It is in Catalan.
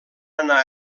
anar